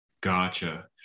Gotcha